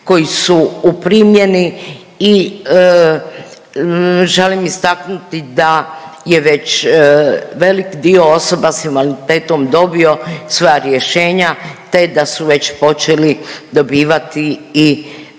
koji su u primjeni i želim istaknuti da je već velik dio osoba s invaliditetom dobio svoja rješenja te da su već počeli dobivati i